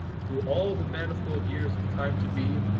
thro' all the manifold years of time to be,